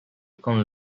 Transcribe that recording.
con